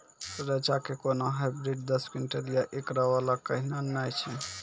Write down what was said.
रेचा के कोनो हाइब्रिड दस क्विंटल या एकरऽ वाला कहिने नैय छै?